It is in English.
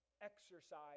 exercise